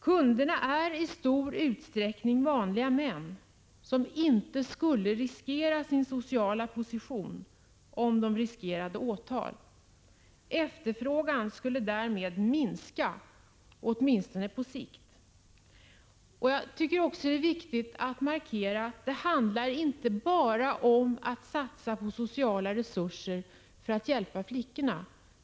Kunderna är i stor utsträckning vanliga män, som inte skulle äventyra sin sociala position om de riskerade åtal. Efterfrågan skulle därmed minska, åtminstone på sikt. Jag tycker att det är viktigt att markera att det inte bara handlar om att satsa på sociala resurser för att hjälpa flickorna.